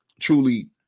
truly